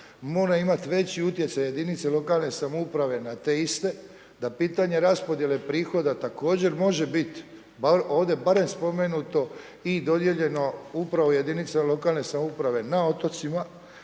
mora imati veći utjecaj jedinica lokalne samouprave na te iste, da pitanje raspodjele prihoda također može biti ovdje barem spomenuto i dodijeljeno upravo jedinici lokalne samouprave na otocima